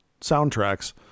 soundtracks